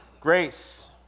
Grace